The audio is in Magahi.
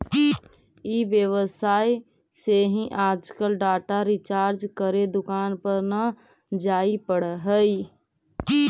ई व्यवसाय से ही आजकल डाटा रिचार्ज करे दुकान पर न जाए पड़ऽ हई